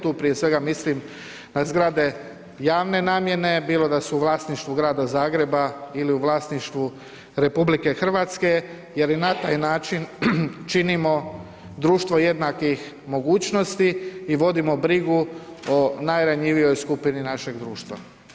Tu prije svega mislim na zgrade javne namjene bilo da su u vlasništvu Grada Zagreba ili u vlasništvu RH jer i na taj način činimo društvo jednakih mogućnosti i vodimo brigu o najranjivijoj skupini našeg društva.